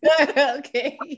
Okay